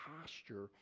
posture